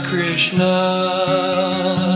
Krishna